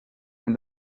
and